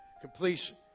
completion